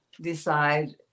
decide